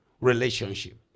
Relationship